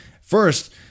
First